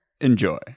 Enjoy